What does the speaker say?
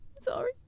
Sorry